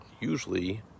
usually